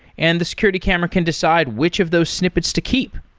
and the security camera can decide which of those snippets to keep.